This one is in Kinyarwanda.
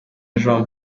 jean